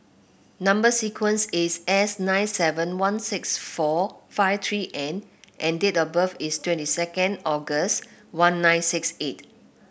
number sequence is S nine seven one six four five three N and date of birth is twenty second August one nine six eight